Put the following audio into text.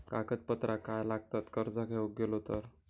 कागदपत्रा काय लागतत कर्ज घेऊक गेलो तर?